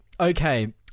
Okay